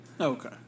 Okay